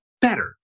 better